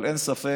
אבל אין ספק